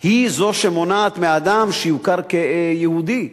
היא זו שמונעת מאדם שיוכר כיהודי.